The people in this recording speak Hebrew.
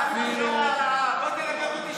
מה לכם ולעם?